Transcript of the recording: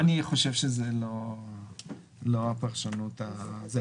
אני חושב שזה לא הפרשנות האפשרית.